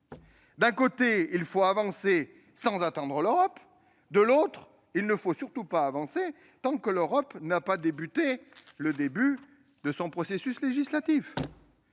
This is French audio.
D'un côté, il faut avancer sans attendre l'Europe ; de l'autre, il ne faut surtout pas avancer tant que l'Europe n'a pas entamé son processus législatif.